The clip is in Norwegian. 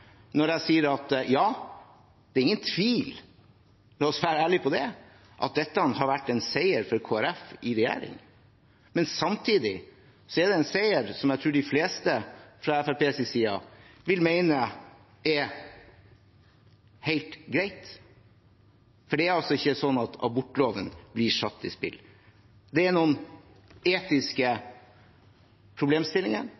når jeg sier at ja, det er ingen tvil – la oss være ærlig på det – at dette har vært en seier for Kristelig Folkeparti i regjering. Men samtidig er det en seier som jeg tror de fleste fra Fremskrittspartiet vil mene er helt greit, for det er ikke sånn at abortloven er satt i spill. Det er noen